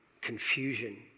confusion